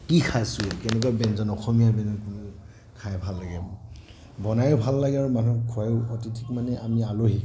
কি খাইছোঁ কেনেকুৱা ব্যঞ্জন অসমীয়া ব্যঞ্জন খাই ভাল লাগে বনায়ো ভাল লাগে আৰু মানুহক খুৱায়ো অতিথিক মানে আমি আলহীক